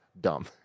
dumb